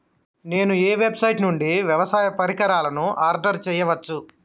నేను ఏ వెబ్సైట్ నుండి వ్యవసాయ పరికరాలను ఆర్డర్ చేయవచ్చు?